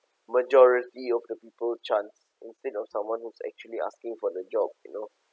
majority of the people chance instead of someone who's actually asking for the job you know